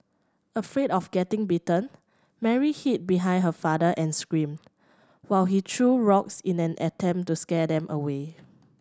afraid of getting bitten Mary hid behind her father and screamed while he threw rocks in an attempt to scare them away